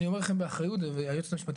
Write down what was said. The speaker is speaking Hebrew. אני אומר לכם את זה באחריות והיועצת המשפטית